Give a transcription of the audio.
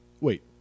wait